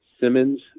Simmons